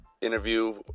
interview